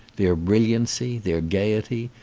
their brilliancy, their gaiety,